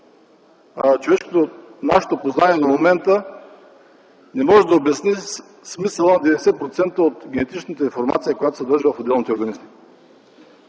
човешкото, нашето познание до момента не може да обясни смисъла на 90% от генетичната информация, която се съдържа в отделните организми.